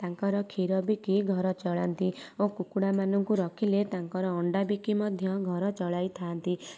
ତାଙ୍କର କ୍ଷୀର ବିକି ଘର ଚଳାନ୍ତି ଓ କୁକୁଡ଼ାମାନଙ୍କୁ ରଖିଲେ ତାଙ୍କର ଆଣ୍ଡା ବିକି ମଧ୍ୟ ଘର ଚଳାଇଥାନ୍ତି